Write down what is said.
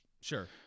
Sure